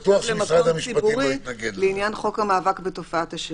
כמקום ציבורי לעניין חוק המאבק בתופעת השכרות.